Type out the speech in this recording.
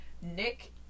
Nick